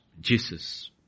Jesus